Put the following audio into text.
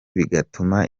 bigatuma